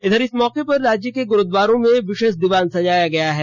इधर इस मौके पर राज्य के गुरुद्वारों में विशेष दीवान सजाया गया है